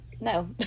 no